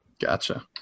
gotcha